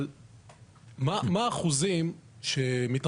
אבל מה האחוזים שבהם,